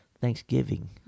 Thanksgiving